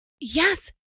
Yes